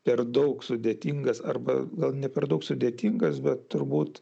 per daug sudėtingas arba gal ne per daug sudėtingas bet turbūt